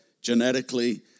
genetically